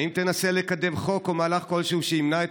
האם תנסה לקדם חוק או מהלך כלשהו שימנע את